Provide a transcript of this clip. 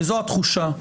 וזו התחושה,